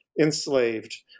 enslaved